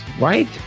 Right